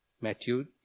Matthew